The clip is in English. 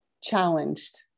challenged